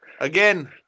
Again